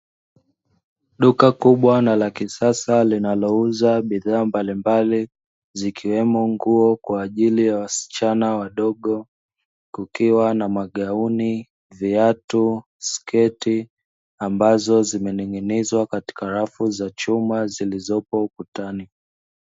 Duka kubwa na la kisasa linalouza bidhaa mbalimbali, zikiwemo nguo kwa ajili ya wasichana wadogo, kukiwa na magauni, viatu, na sketi ambazo zimening'inizwa katika rafu za chuma zilizopo ukutani.